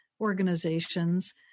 organizations